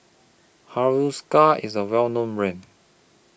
Hiruscar IS A Well known Brand